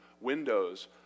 windows